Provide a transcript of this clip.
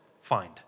find